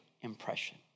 impression